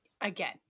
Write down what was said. Again